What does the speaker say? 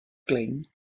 klein